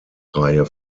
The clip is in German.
reihe